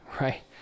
right